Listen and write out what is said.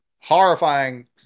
horrifying